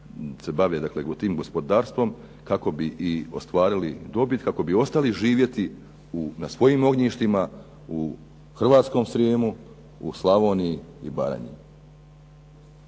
i ostvarili dobit, kako bi ostali živjeti na svojim ognjištima, u hrvatskom Srijemu, u Slavoniji i Baranji.